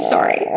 Sorry